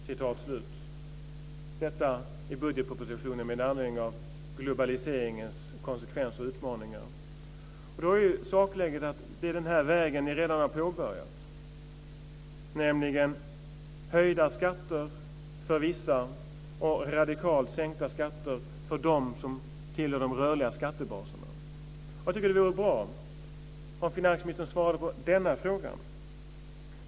Detta stod i budgetpropositionen med anledning av globaliseringens konsekvenser och utmaningar. Sakläget är att det är den väg ni redan har påbörjat - höjda skatter för vissa och radikalt sänkta skatter för dem som tillhör de rörliga skattebaserna. Jag tycker att det vore bra om finansministern svarade på denna fråga.